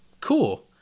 Cool